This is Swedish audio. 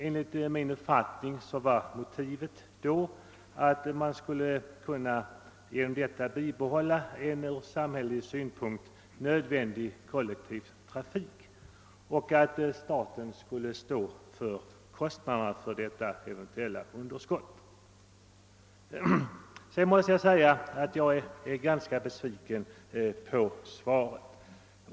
Enligt min uppfattning var motivet att man härigenom skulle kunna bibehålla en från samhällets synpunkt nödvändig kollektiv trafik. Staten skulle därvid stå för kostnaderna för eventuellt underskott. Jag måste säga att jag är ganska besviken över svaret.